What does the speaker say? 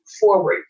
forward